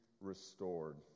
restored